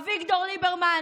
אביגדור ליברמן